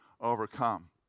overcome